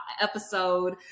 episode